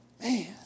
man